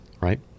Right